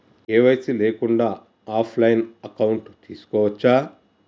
KYC లేకుండా కూడా offline account తీసుకోవచ్చా?